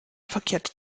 verkehrt